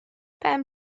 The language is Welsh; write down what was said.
pen